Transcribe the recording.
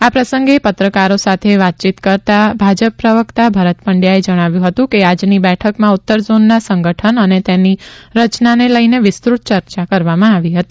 આ પ્રસંગે પત્રકારો સાથે વાત કરતા ભાજપ પ્રવક્તા ભરત પંડ્યાએ જણાવ્યું હતું કે આજની બેઠકમાં ઉત્તર ઝોનના સંગઠન અને તેની રચનાને લઇને વિસ્તૃત ચર્ચા કરવામાં આવી હતી